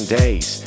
days